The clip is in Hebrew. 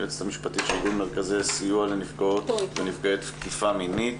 היועצת המשפטית של איגוד מרכזי הסיוע לנפגעות ונפגעי תקיפה מינית.